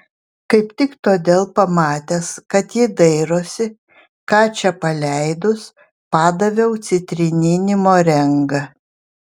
kaip tik todėl pamatęs kad ji dairosi ką čia paleidus padaviau citrininį morengą